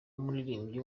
n’umuririmbyi